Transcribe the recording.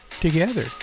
together